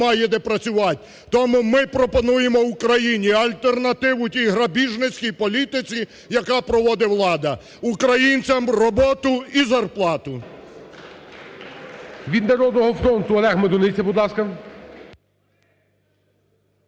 Тому ми пропонуємо Україні альтернативу тій грабіжницькій політиці, яку проводить влада. Українцям роботу і зарплату! ГОЛОВУЮЧИЙ. Від "Народного фронту" – Олег Медуниця. Будь ласка.